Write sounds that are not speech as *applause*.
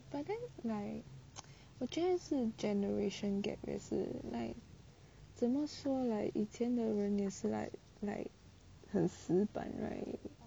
but then like *noise* 我觉得是 generation gap 也是 like 怎么说 like 以前的人也是 like like 很死板 right